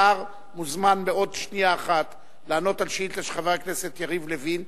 השר מוזמן בעוד שנייה אחת לענות על שאילתא של חבר הכנסת יריב לוין,